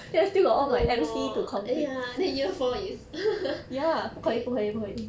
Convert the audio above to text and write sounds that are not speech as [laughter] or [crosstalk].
no more ya then year four is [laughs] dead